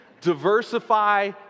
Diversify